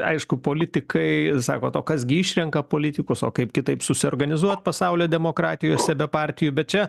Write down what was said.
aišku politikai sakot o kas gi išrenka politikus o kaip kitaip susiorganizuot pasaulio demokratijose be partijų bet čia